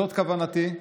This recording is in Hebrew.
זאת כוונתי,